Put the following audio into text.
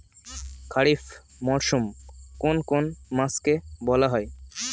খারিফ মরশুম কোন কোন মাসকে বলা হয়?